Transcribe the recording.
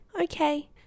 okay